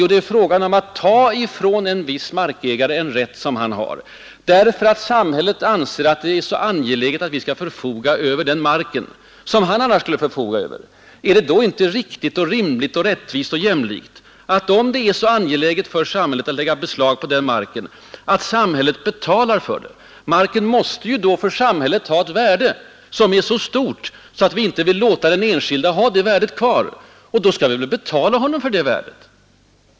Jo, det är fråga om att ta ifrån en viss markägare en rätt som han har, därför att samhället anser att det är så angeläget att det skall förfoga över den mark som den enskilde annars skulle förfoga över. Är det då inte riktigt och rimligt och rättvist och jämlikt att samhället — om det är så viktigt att det lägger beslag på marken — betalar för den? Marken har ju tydligen ett värde för samhället som är så stort att vi inte vill låta den enskilde ha det värdet kvar. Då skall vi väl betala honom för det!